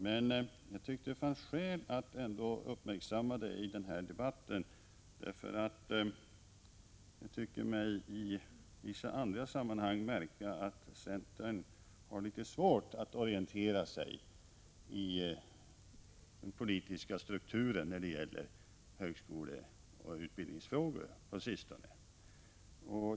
Men jag tyckte ändå att det fanns skäl att uppmärksamma detta i den här debatten; jag har i vissa andra sammanhang tyckt mig märka att centern på sistone haft svårt att orientera sig i den politiska strukturen när det gäller högskoleoch utbildningsfrågor.